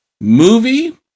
Movie